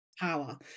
power